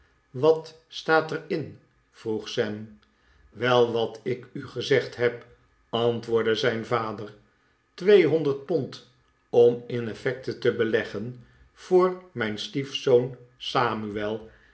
wat staat er in vroeg sam wel wat ik u gezegd heb antwoordde zijn vader tweehonderd pond om in effecten te beleggen voor mijn stiefzoon samuel en